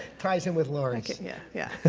ties in with lauren's, yeah yeah.